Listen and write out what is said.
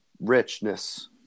richness